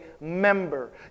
member